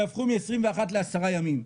שהפכו מ-21 ימים לעשרה ימים.